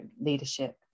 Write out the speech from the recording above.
leadership